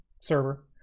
server